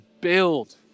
build